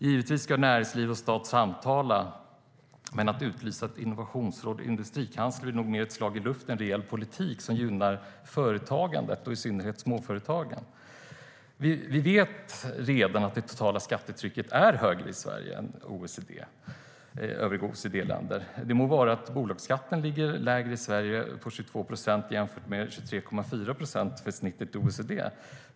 Givetvis ska näringsliv och stat samtala, men att utlysa ett innovationsråd och en industrikansler är nog mer ett slag i luften än en reell politik som gynnar företagandet och i synnerhet småföretagandet. Vi vet redan att det totala skattetrycket är högre i Sverige än i övriga OECD-länder. Det må vara att bolagsskatten ligger lägre i Sverige, på 22 procent jämfört med 23,4 procent för snittet i OECD.